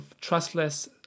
trustless